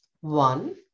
One